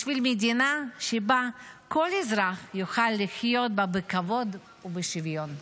בשביל מדינה שכל אזרח יוכל לחיות בה בכבוד ובשוויון.